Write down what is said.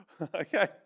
Okay